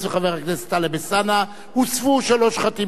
הוספו חמש חתימות,